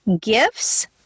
gifts